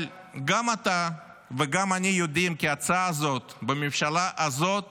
אבל גם אתה וגם אני יודעים כי ההצעה הזאת בממשלה הזאת